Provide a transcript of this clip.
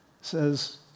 says